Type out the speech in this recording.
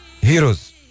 Heroes